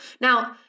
Now